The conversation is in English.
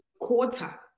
quarter